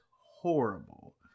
horrible